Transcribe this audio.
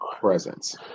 presence